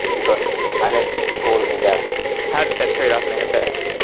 because anesi told me that how does that trade-off manifest?